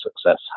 success